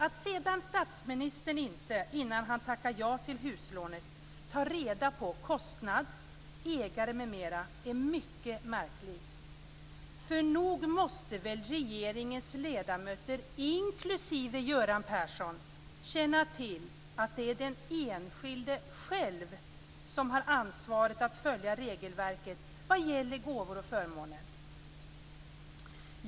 Att sedan statsministern inte, innan han tackade ja till huslånet, tog reda på kostnad, ägare m.m. är mycket märkligt, för nog måste väl regeringens ledamöter, inklusive Göran Persson, känna till att det är den enskilde själv som har ansvaret att följa regelverket vad gäller gåvor och förmåner.